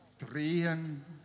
drehen